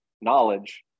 knowledge